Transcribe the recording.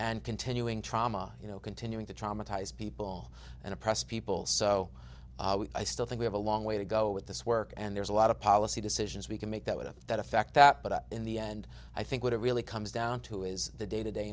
and continuing trauma you know continuing to traumatize people and oppressed people so i still think we have a long way to go with this work and there's a lot of policy decisions we can make that would have that affect that but up in the end i think what it really comes down to is the day to day